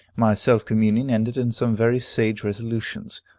my self-communion ended in some very sage resolutions.